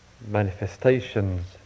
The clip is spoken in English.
manifestations